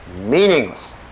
meaningless